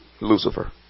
Lucifer